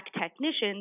technicians